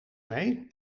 mee